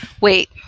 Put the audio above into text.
Wait